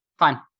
fine